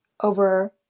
over